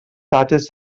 dates